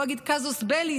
לא אגיד קזוס בֵּלי,